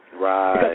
Right